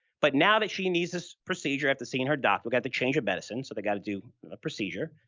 but now that she needs this procedure, after seeing her doctor, we got to change a medicine, so they got to do a procedure,